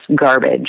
garbage